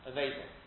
Amazing